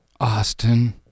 Austin